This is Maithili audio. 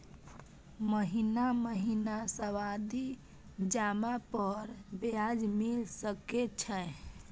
महीना महीना सावधि जमा पर ब्याज मिल सके छै?